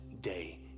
day